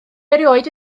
erioed